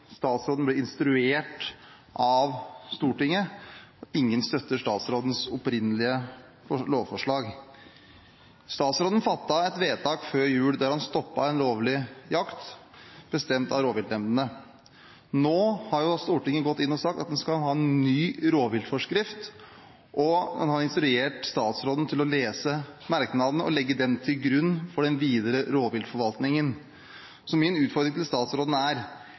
statsråden blir instruert av Stortinget – ingen støtter statsrådens opprinnelige lovforslag. Statsråden fattet et vedtak før jul der han stoppet en lovlig jakt bestemt av rovviltnemndene. Nå har Stortinget gått inn og sagt at en skal ha en ny rovviltforskrift, og en har instruert statsråden til å lese merknadene og legge dem til grunn for den videre rovviltforvaltningen. Min utfordring til statsråden er: